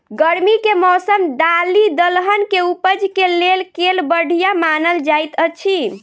गर्मी केँ मौसम दालि दलहन केँ उपज केँ लेल केल बढ़िया मानल जाइत अछि?